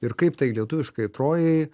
ir kaip tai lietuviškai trojai